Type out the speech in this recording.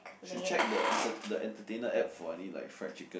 should check the enter the Entertainer app for any like fried chicken